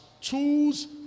tools